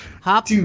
hop